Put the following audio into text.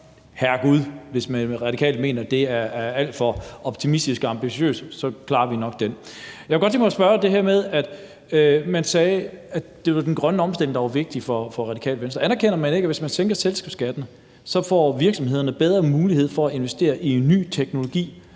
Herregud, hvis man i Radikale mener, at det er alt for optimistisk og ambitiøst, så klarer vi nok det. Jeg kunne godt tænke mig at spørge i forhold til det med, at man sagde, at det var den grønne omstilling, der var vigtig for Radikale Venstre. Anerkender Radikale ikke, at hvis man sænker selskabsskatten, får virksomhederne bedre mulighed for at investere i en ny teknologi